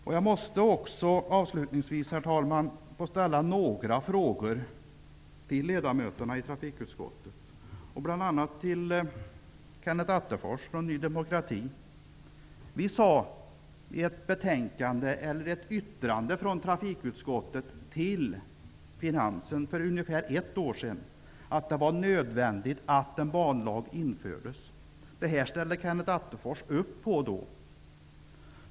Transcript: Slutligen, herr talman, vill jag ställa några frågor till ledamöterna i trafikutskottet, bl.a. till Kenneth För ungefär ett år sedan sade vi i trafikutskottet i ett yttrande till Finansdepartementet att det var nödvändigt att införa en banlag. Detta ställde Kenneth Attefors upp på då.